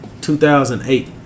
2008